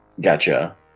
Gotcha